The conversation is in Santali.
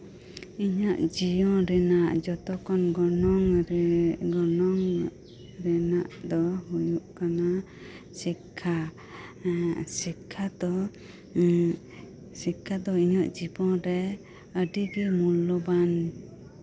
ᱤᱧᱟᱹᱜ ᱡᱤᱭᱚᱱ ᱨᱮᱱᱟᱜ ᱡᱚᱛᱠᱷᱚᱱ ᱜᱚᱱᱚᱝ ᱨᱮᱱᱟᱜ ᱫᱚ ᱦᱩᱭᱩᱜ ᱠᱟᱱᱟ ᱥᱤᱠᱠᱷᱟ ᱥᱤᱠᱠᱷᱟ ᱫᱚ ᱤᱧᱟᱹᱜ ᱡᱤᱵᱚᱱᱨᱮ ᱟᱹᱰᱤ ᱜᱮ ᱢᱩᱞᱞᱚᱵᱟᱱ